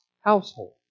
household